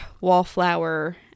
wallflower